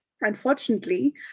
unfortunately